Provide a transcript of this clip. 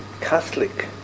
Catholic